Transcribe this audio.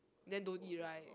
then don't eat right